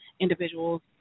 individuals